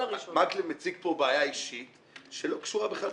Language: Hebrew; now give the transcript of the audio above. מקלב מציג פה בעיה אישית שלא קשורה בכלל לסדרי עבודת הכנסת.